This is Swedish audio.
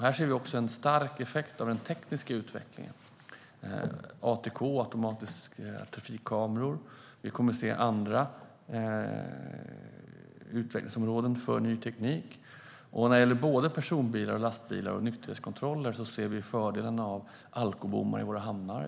Här ser vi också en stark effekt av den tekniska utvecklingen såsom ATK, automatisk trafikkamera. Vi kommer att se andra utvecklingsområden för ny teknik. När det gäller både personbilar och lastbilar och nykterhetskontroller ser vi fördelarna med alkobommar i våra hamnar.